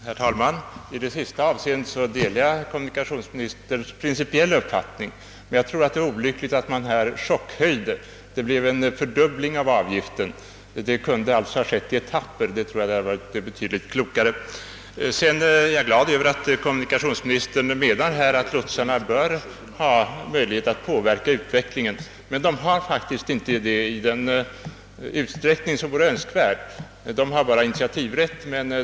Herr talman! I det sista avseendet delar jag kommunikationsministerns principiella uppfattning, men jag tror att det var olyckligt att man chockhöjde avgiften — den fördubblades enligt uppgift. Jag tror att det hade varit betydligt klokare att göra höjningen i etapper. Jag är glad över att kommunikationsministern menar att lotsarna bör ha möjligheter att påverka utvecklingen. Men de har faktiskt inte det i den utsträckning som vore önskvärt; de har bara initiativrätt.